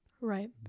right